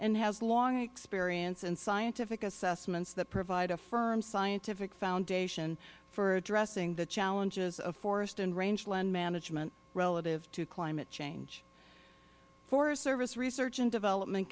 and has long experience in scientific assessments that provide a firm scientific foundation for addressing the challenge of forest and rangeland management relative to climate change forest service research and development